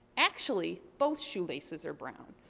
actually, both shoelaces are brown.